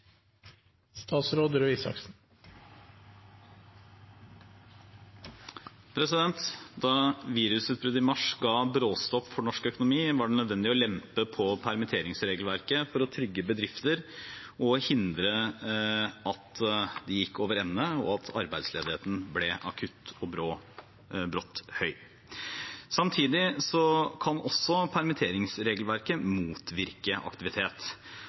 Da virusutbruddet i mars ga bråstopp for norsk økonomi, var det nødvendig å lempe på permitteringsregelverket for å trygge bedrifter og hindre at de gikk over ende, og at arbeidsledigheten ble akutt og brått høy. Samtidig kan også permitteringsregelverket motvirke aktivitet.